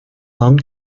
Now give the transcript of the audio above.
long